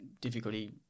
difficulty